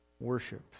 worship